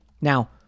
Now